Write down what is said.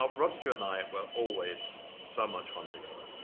ah rod stewart and i were always so much fun together.